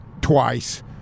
twice –